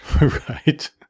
Right